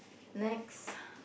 next